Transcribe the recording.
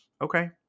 okay